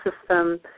system